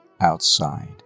outside